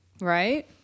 Right